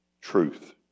truth